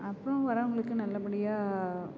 அப்புறம் வர்றவர்களுக்கு நல்லபடியாக